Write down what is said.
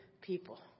people